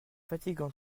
fatigante